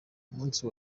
umunsi